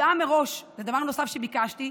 דבר נוסף שביקשתי,